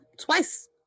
twice